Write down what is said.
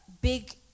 big